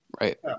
right